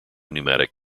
pneumatic